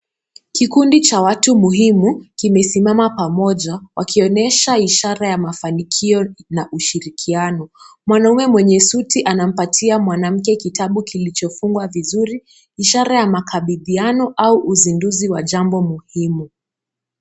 Kikundi cha watu muhimu kimesimama pamoja wakionyesha ishara ya mafanikio na ushirikiano. Mwanaume mwenye suti anampatia mwanamke kitabu kilichofungwa vizuri ishara ya makabidhiano au uzinduzi wa jambo muhimu.